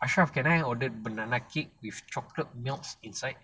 ashraf can I ordered banana cake with chocolate melts inside